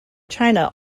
china